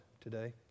today